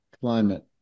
climate